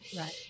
Right